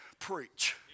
Preach